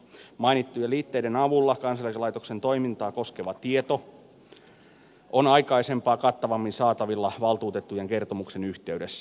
mainittujen liitteiden avulla kansaneläkelaitoksen toimintaa koskeva tieto on aikaisempaa kattavammin saatavilla valtuutettujen kertomuksen yhteydessä